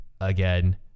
again